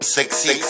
Sexy